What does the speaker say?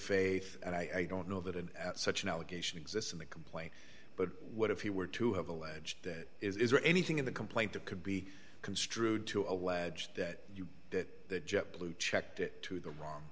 faith and i don't know that had such an allegation exists in the complaint but what if he were to have alleged it is or anything in the complaint that could be construed to allege that you that jet blue checked it to the wrong